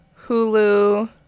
Hulu